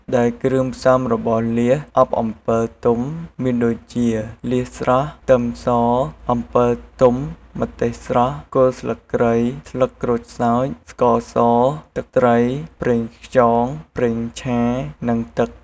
ដែលគ្រឿងផ្សំរបស់លៀសអប់អំពិលទុំមានដូចជា លៀសស្រស់ ខ្ទឹមស អំពិលទុំ ម្ទេសស្រស់ គល់ស្លឹកគ្រៃ ស្លឹកក្រូចសើច ស្ករស ទឹកត្រី ប្រេងខ្យង ប្រេងឆា និងទឹក។